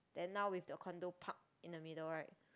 then now with the condo park in the middle right